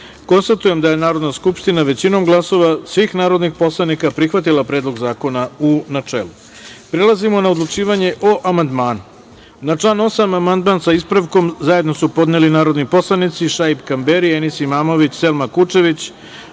sedam. Konstatujem da je Narodna skupština većinom glasova svih narodnih poslanika prihvatila Predlog zakona, u načelu. Prelazimo na odlučivanje o amandmanu. Na član 8. amandman, sa ispravkom, zajedno su podneli narodni poslanici Šaip Kamberi, Enis Imamović, Selma Kučević,